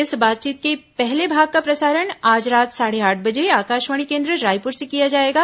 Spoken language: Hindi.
इस बातचीत के पहले भाग का प्रसारण आज रात साढ़े आठ बजे आकाशवाणी केन्द्र रायपुर से किया जाएगा